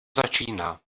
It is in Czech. začíná